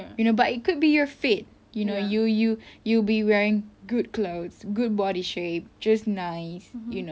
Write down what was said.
you know but it could be you're fit you know you you you be wearing good clothes good body shape just nice you know